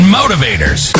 motivators